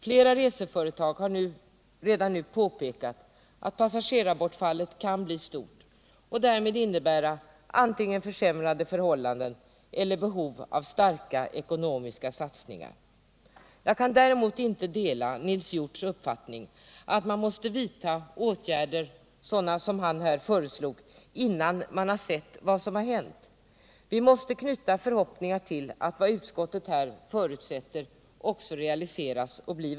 Flera reseföretag har redan nu påpekat att passagerarbortfallet kan bli stort och därmed innebära antingen försämrade förhållanden eller behov av starka ekonomiska satsningar. Jag kan däremot inte dela Nils Hjorths uppfattning att vi måste vidta åtgärder — sådana som han här föreslog — innan vi har sett vad som händer. Vi måste knyta våra förhoppningar till att vad utskottet förutsätter också realiseras.